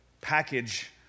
package